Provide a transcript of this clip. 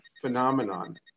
phenomenon